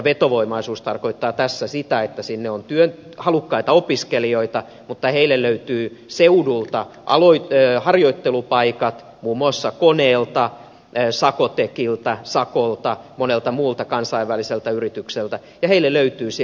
vetovoimaisuus tarkoittaa tässä sitä että sinne on halukkaita opiskelijoita ja heille löytyy seudulta harjoittelupaikat muun muassa koneelta sacoteciltä sakolta monelta muulta kansainväliseltä yritykseltä ja heille löytyy sieltä myös työtä